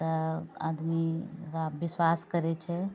तऽ आदमी ओकरापर विश्वास करै छै